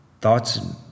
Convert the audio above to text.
thoughts